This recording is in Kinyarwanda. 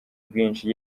bwinshi